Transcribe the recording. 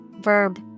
verb